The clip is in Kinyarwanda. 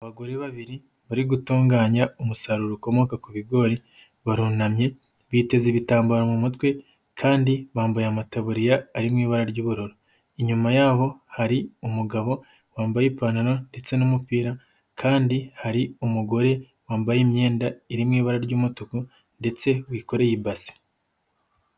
Abagore babiri bari gutunganya umusaruro ukomoka ku bigori, barunamye biteze ibitambaro mu mutwe, kandi bambaye amataburiya ari mu ibara ry'ubururU. Inyuma yaho hari umugabo wambaye ipantaro ndetse n'umupira kandi hari umugore wambaye imyenda iririmo ibara ry'umutuku ndetse wikoreye basi.